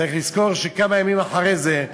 צריך לזכור שכמה ימים אחרי זה,